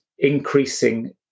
increasing